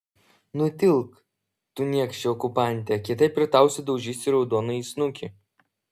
nutilk tu niekše okupante kitaip ir tau sudaužysiu raudonąjį snukį